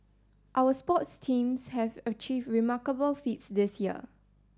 our sports teams have achieved remarkable feats this year